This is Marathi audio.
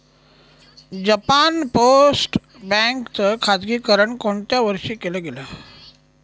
जपान पोस्ट बँक च खाजगीकरण कोणत्या वर्षी केलं गेलं?